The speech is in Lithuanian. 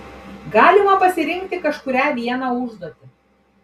galima pasirinkti kažkurią vieną užduotį